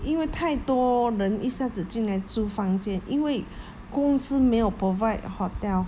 因为太多人一下子进来租房间因为公司没有 provide hotel